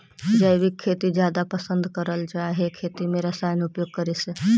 जैविक खेती जादा पसंद करल जा हे खेती में रसायन उपयोग करे से